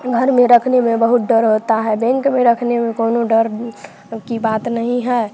घर में रखने में बहुत डर होता है बैंक में रखने में कोई डर की बात नहीं है